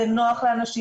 זה נוח לאנשים,